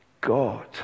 God